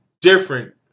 different